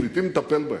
פליטים, נטפל בהם,